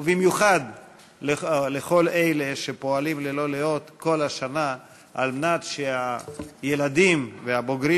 ובמיוחד לכל אלה שפועלים ללא לאות כל השנה על מנת שהילדים והבוגרים